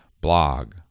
blog